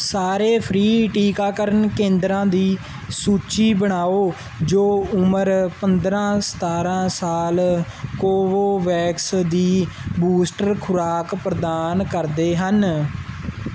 ਸਾਰੇ ਫ੍ਰੀ ਟੀਕਾਕਰਨ ਕੇਂਦਰਾਂ ਦੀ ਸੂਚੀ ਬਣਾਓ ਜੋ ਉਮਰ ਪੰਦਰ੍ਹਾਂ ਸਤਾਰ੍ਹਾਂ ਸਾਲ ਕੋਵੋਵੈਕਸ ਦੀ ਬੂਸਟਰ ਖੁਰਾਕ ਪ੍ਰਦਾਨ ਕਰਦੇ ਹਨ